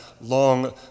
long